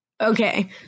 Okay